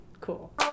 Cool